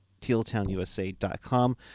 tealtownusa.com